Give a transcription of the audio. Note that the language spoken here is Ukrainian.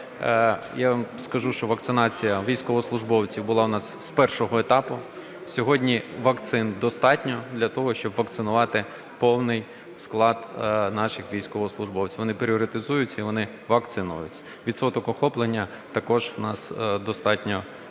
Я вам скажу, що вакцинація військовослужбовців була у нас з першого етапу. Сьогодні вакцин достатньо для того, щоб вакцинувати повний склад наших військовослужбовців. Вони пріоритизуються і вони вакцинуються. Відсоток охоплення також у нас достатньо